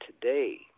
today